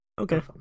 Okay